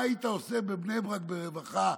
מה היית עושה בבני ברק ברווחה,